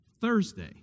Thursday